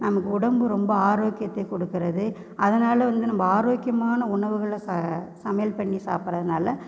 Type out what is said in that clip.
நமக்கு உடம்பு ரொம்ப ஆரோக்கியத்தை கொடுக்குறது அதனால வந்து நம்ம ஆரோக்கியமான உணவுகளை ச சமையல் பண்ணி சாப்பிட்றதுனால்